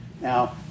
Now